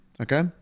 okay